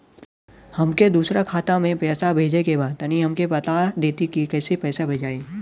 हमके दूसरा खाता में पैसा भेजे के बा तनि हमके बता देती की कइसे भेजाई?